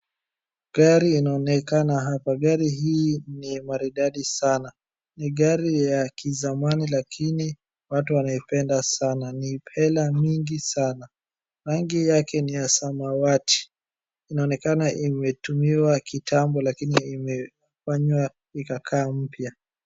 Gari inaonekana hapa. Gari hii ni maridadi sana. Ni gari ya kizamani lakini watu wanaipenda sana. Ni pela mingi sana. Rangi yake ni ya samawati. Inaonekana imetumiwa kitambo lakini imefanywa ikakaa mpya.